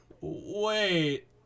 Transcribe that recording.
wait